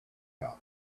hop